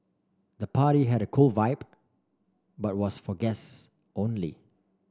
the party had a cool vibe but was for guests only